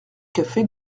café